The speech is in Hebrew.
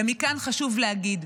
ומכאן חשוב להגיד: